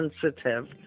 sensitive